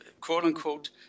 quote-unquote